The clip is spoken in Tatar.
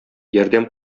ярдәм